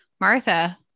Martha